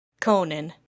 Conan